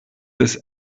ist